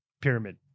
pyramid